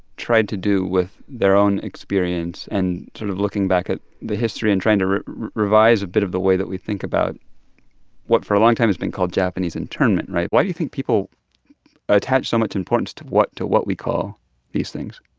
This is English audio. tried to do with their own experience and sort of looking back at the history and trying to revise a bit of the way that we think about what for a long time has been called japanese internment, right? why do you think people attach so much importance to what to what we call these things?